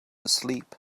asleep